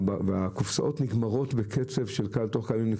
והקופסאות נגמרות בקצב של ימים,